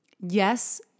yes